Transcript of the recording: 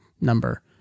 number